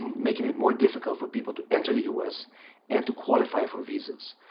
making it more difficult for people to enter the us and to qualify for visas.